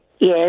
Yes